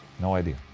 no idea.